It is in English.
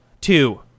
Two